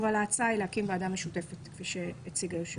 אבל ההצעה היא להקים ועדה משותפת כפי שהציג היושב-ראש.